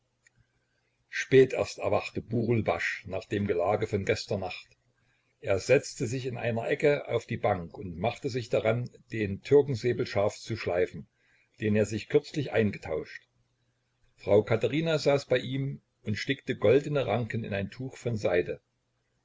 spät erst erwachte burulbasch nach dem gelage von gestern nacht er setzte sich in einer ecke auf die bank und machte sich daran den türkensäbel scharf zu schleifen den er sich kürzlich eingetauscht frau katherina saß bei ihm und stickte goldene ranken in ein tuch von seide